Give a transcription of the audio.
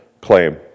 claim